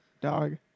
dog